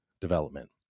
development